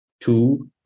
two